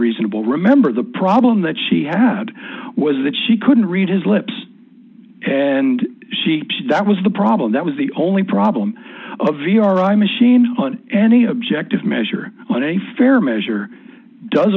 reasonable remember the problem that she had was that she couldn't read his lips and that was the problem that was the only problem of your eye machine on any objective measure when a fair measure does